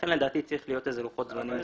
לכן לדעתי צריכים להיות לוחות זמנים מסוימים.